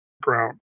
ground